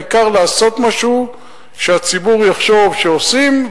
העיקר לעשות משהו שהציבור יחשוב שעושים,